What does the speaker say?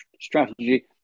strategy